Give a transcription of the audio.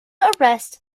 arrest